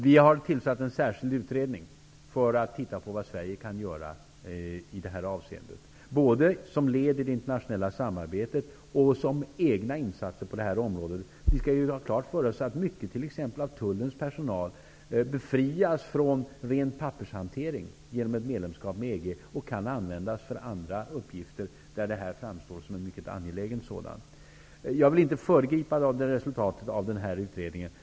Vi har tillsatt en särskild utredning för att titta på vad Sverige kan göra i det här avseendet. Vi har gjort det både som ett led i det internationella samarbetet och som en egen insats på området. Vi skall ha klart för oss att en stor del av tullens personal befrias från ren pappershantering genom ett medlemskap i EG och då kan användas för andra uppgifter. Vad jag här har talat om framstår som en mycket angelägen sådan. Jag vill inte föregripa resultatet av utredningen.